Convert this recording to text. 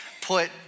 put